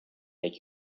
make